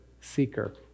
seeker